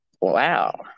wow